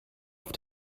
auf